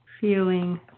feeling